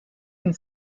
and